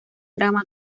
drama